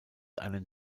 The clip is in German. einen